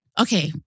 okay